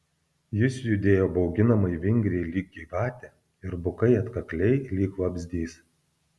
jis judėjo bauginamai vingriai lyg gyvatė ir bukai atkakliai lyg vabzdys